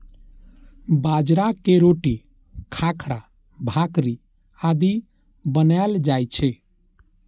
बाजरा के रोटी, खाखरा, भाकरी आदि बनाएल जाइ छै